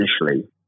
initially